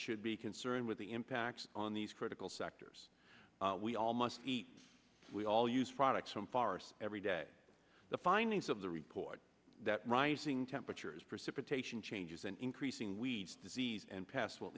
should be concerned with the impact on these critical sectors we all must eat we all use products from forests every day the findings of the report that rising temperatures precipitation changes and increasing weeds disease and pass will